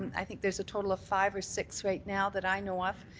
um i think there's a total of five or six right now that i know of.